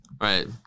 right